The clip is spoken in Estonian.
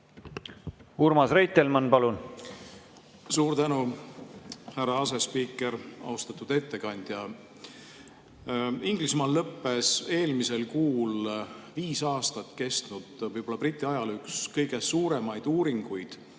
Urmas Reitelmann, palun! Suur tänu, härra asespiiker! Austatud ettekandja! Inglismaal lõppes eelmisel kuul viis aastat kestnud võib-olla Briti ajaloo üks kõige suuremaid uuringuid,